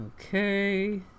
Okay